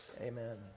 Amen